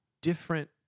different